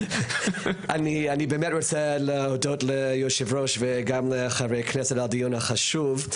אני באמת רוצה להודות ליושב ראש וגם לחברי הכנסת על הדיון החשוב.